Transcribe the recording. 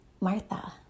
Martha